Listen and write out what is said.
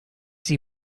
see